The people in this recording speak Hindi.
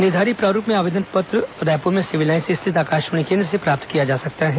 निर्धारित प्रारूप में आवेदन पत्र रायपुर में सिविल लाईन्स स्थित आकाशवाणी केन्द्र से प्राप्ष्त किया जा सकता है